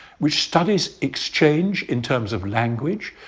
which studies exchange in terms of language,